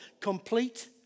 complete